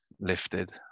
lifted